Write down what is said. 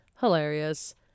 hilarious